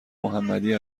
محمدی